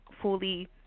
fully